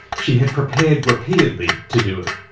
she had prepared repeatedly to do it.